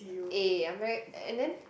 eh I'm very and then